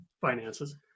finances